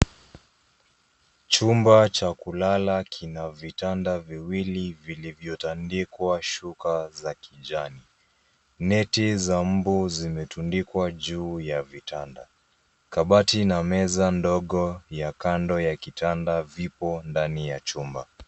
Chumba cha kulala kina vitanda viwili vilivyotandikwa shuka za kijani. Neti za mbu zimetundikwa juu ya vitanda. Kabati na meza ndogo ya kando ya kitanda vipo ndani ya chumba.